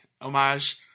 homage